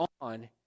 on